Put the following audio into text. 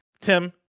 Tim